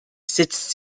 sitzt